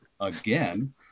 again